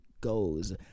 goes